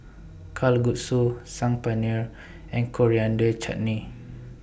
Kalguksu Saag Paneer and Coriander Chutney